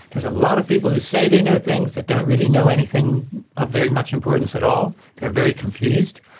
there's a lot of people who say they know things that don't really know anything of very much importance at all, they're very confused,